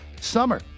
summer